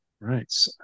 right